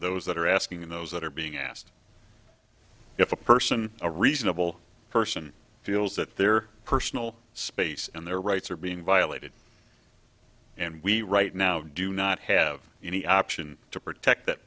those that are asking those that are being asked if a person a reasonable person feels that their personal space and their rights are being violated and we right now do not have any option to protect that